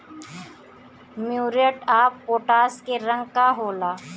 Muriate of potash के रंग का होला?